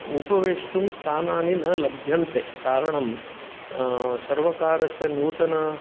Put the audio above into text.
उपवेष्टुं स्थानानि न लभ्यन्ते कारणम् सर्वकारस्य नूतन